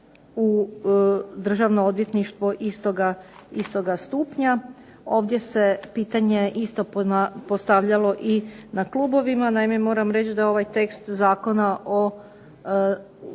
u Državno odvjetništvo istoga stupnja, ovdje se pitanje isto postavljalo i na klubovima. Naime moram reći da ovaj tekst zakona o,